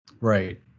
right